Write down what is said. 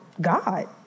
God